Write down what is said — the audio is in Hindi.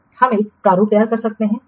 हम एक प्रारूप तैयार कर सकते हैं कहाँ से